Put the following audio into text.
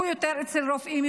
הוא יותר אצל רופאים,